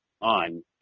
on